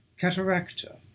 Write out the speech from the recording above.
cataracta